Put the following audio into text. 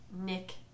Nick